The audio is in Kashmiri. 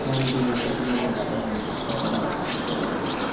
آمدٔنی پٮ۪ٹھ نظر ترٛاوان چھِ سُہ چھُ نہ آسنَس بَرابَر